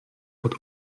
pod